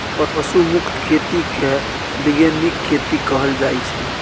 पशु मुक्त खेती केँ बीगेनिक खेती कहल जाइ छै